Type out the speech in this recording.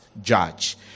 judge